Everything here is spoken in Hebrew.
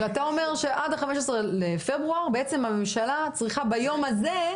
ואתה אומר שעד ה-15 לפברואר בעצם הממשלה צריכה ביום הזה,